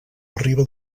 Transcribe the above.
arriba